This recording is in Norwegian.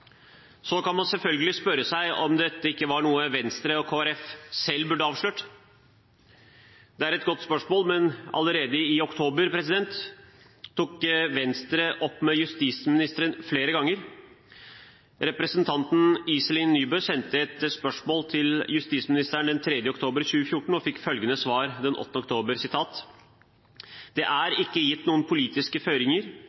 Så kan man selvfølgelig spørre seg om ikke dette var noe Venstre og Kristelig Folkeparti selv burde avslørt. Det er et godt spørsmål, men allerede i oktober tok Venstre dette opp med justisministeren flere ganger. Representanten Iselin Nybø sendte et spørsmål til justisministeren den 3. oktober 2014 og fikk følgende svar den 8. oktober: «Det er ikke gitt noen politiske føringer